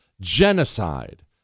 genocide